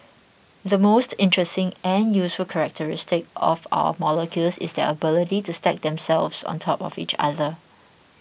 the most interesting and useful characteristic of our molecules is their ability to stack themselves on top of each other